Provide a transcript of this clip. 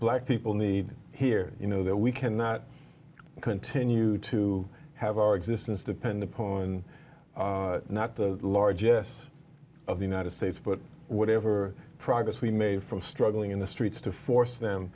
black people need here you know that we cannot continue to have our existence depend upon not the largest of the united states but whatever progress we made from struggling in the streets to force them